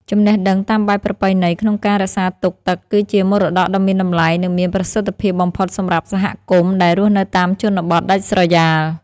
ចំណេះដឹងតាមបែបប្រពៃណីក្នុងការរក្សាទុកទឹកគឺជាមរតកដ៏មានតម្លៃ និងមានប្រសិទ្ធភាពបំផុតសម្រាប់សហគមន៍ដែលរស់នៅតាមជនបទដាច់ស្រយាល។